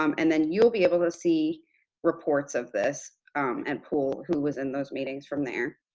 um and then you'll be able to see reports of this and pull who was in those meetings from there.